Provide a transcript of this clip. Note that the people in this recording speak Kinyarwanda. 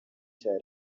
cya